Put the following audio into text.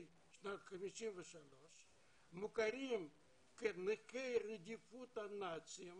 שנת 1953 מוכרים כנכי רדיפות הנאצים